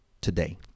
today